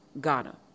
Ghana